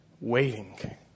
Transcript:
Waiting